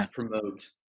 promote